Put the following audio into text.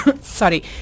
sorry